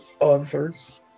others